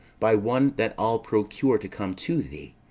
by one that i'll procure to come to thee,